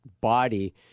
body